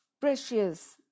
precious